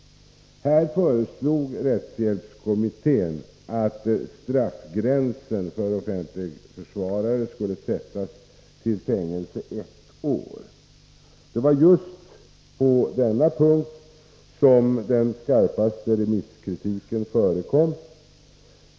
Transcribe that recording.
Här föreslog rättshjälpskommittén att straffgränsen för rätten till offentlig försvarare skulle sättas vid fängelse ett år. Det var just på denna punkt som den skarpaste remisskritiken förekom.